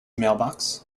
mailbox